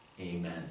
Amen